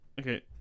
Okay